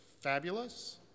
Fabulous